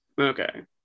okay